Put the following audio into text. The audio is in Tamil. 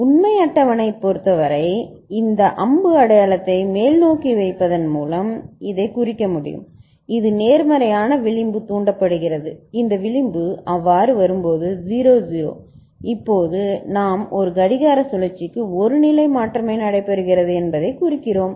உண்மை அட்டவணையைப் பொறுத்தவரை இந்த அம்பு அடையாளத்தை மேல்நோக்கி வைப்பதன் மூலம் இதைக் குறிக்க முடியும் இது நேர்மறையான விளிம்பு தூண்டப்படுகிறது இந்த விளிம்பு அவ்வாறு வரும்போது 0 0 இப்போது நாம் ஒரு கடிகார சுழற்சிக்கு ஒரு நிலை மாற்றம் மட்டுமே நடைபெறுகிறது என்பதைக் குறிக்கிறோம்